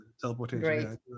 Teleportation